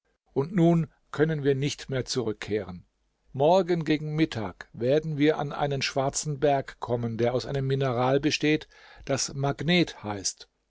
und nun können wir nicht mehr zurückkehren morgen gegen mittag werden wir an einen schwarzen berg kommen der aus einem mineral besteht das magnet heißt